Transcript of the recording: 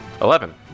Eleven